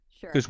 sure